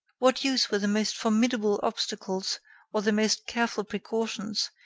what use were the most formidable obstacles or the most careful precautions,